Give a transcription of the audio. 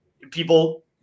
People